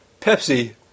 Pepsi